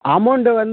amount வந்து